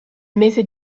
mese